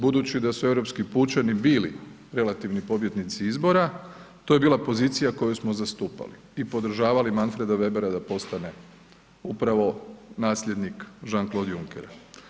Budući da su europski pučani bili relativni pobjednici izbora, to je bila pozicija koju smo zastupali i podržavali Manfreda Webera da postane upravo nasljednik Jean-Claude Junckera.